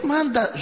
Manda